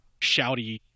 shouty